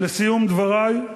לסיום דברי,